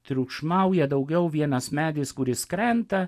triukšmauja daugiau vienas medis kuris krenta